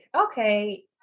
okay